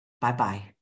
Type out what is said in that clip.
Bye-bye